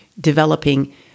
developing